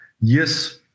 yes